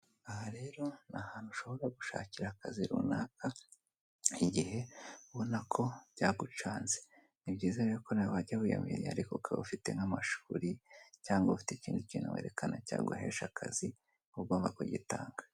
Aha rero ni ahantu ushobora gushakira akazi runaka igihe ubona ko byagucanze, ni byiza rero ko nawe wajya wiyaminiya ariko ukaba ufite nk'amashuri cyangwa ufite ikindi kintu cyaguhesha akazi ugomba kugitanga.